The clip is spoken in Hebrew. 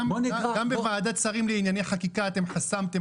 גם בוועדת שרים לענייני חקיקה אתם חסמתם